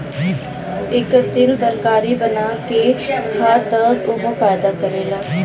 एकर तेल में तरकारी बना के खा त उहो फायदा करेला